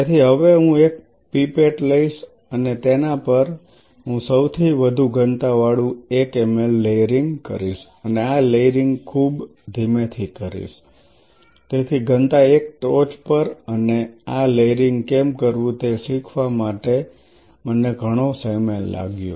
તેથી હવે હું એક પાઇપેટ લઇશ અને તેના પર હું સૌથી વધુ ઘનતા વાળું 1 મિલી લેયરિંગ કરીશ અને આ લેયરિંગ ખૂબ ધીમેથી કરીશ તેથી ઘનતા 1 ટોચ પર અને આ લેયરિંગ કેમ કરવું તે શીખવા માટે મને ઘણો સમય લાગ્યો